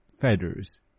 feathers